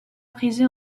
brisé